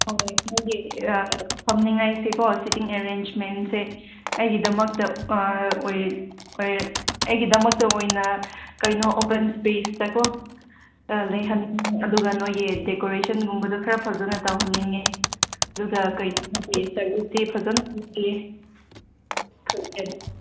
ꯍꯣꯏ ꯑꯩꯈꯣꯏꯒꯤ ꯐꯝꯅꯉꯥꯏꯁꯦꯀꯣ ꯁꯤꯠꯇꯤꯡ ꯑꯦꯔꯦꯟꯁꯃꯦꯟꯁꯦ ꯑꯩꯒꯤꯗꯃꯛꯇ ꯑꯩꯒꯤꯗꯃꯛꯇ ꯑꯣꯏꯅ ꯀꯩꯅꯣ ꯑꯣꯄꯟ ꯏꯁ꯭ꯄꯦꯁꯇꯀꯣ ꯂꯩꯍꯟꯅꯤꯡꯉꯤ ꯑꯗꯨꯒ ꯅꯈꯣꯏꯒꯤ ꯗꯦꯀꯣꯔꯦꯁꯟꯒꯨꯝꯗꯨ ꯈꯔ ꯐꯖꯅ ꯇꯧꯍꯟꯅꯤꯡꯉꯤ ꯑꯗꯨꯒ ꯀꯔꯤ ꯅꯈꯣꯏꯒꯤ ꯁꯔꯕꯤꯁꯁꯤ ꯐꯖꯅ